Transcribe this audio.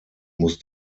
muss